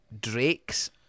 Drake's